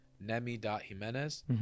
nemi.jimenez